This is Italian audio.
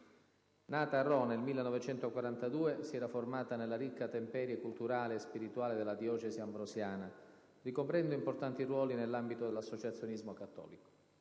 Nata a Rho nel 1942, si era formata nella ricca temperie culturale e spirituale della Diocesi ambrosiana, ricoprendo importanti ruoli nell'ambito dell'associazionismo cattolico.